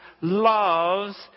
loves